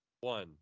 One